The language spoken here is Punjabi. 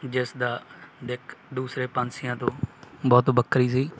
ਜਿਸ ਦਾ ਦਿੱਖ ਦੂਸਰੇ ਪੰਛੀਆਂ ਤੋਂ ਬਹੁਤ ਵੱਖਰੀ ਸੀ